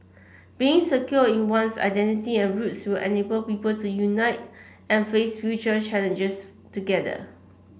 being secure in one's identity and roots will enable people to unite and face future challenges together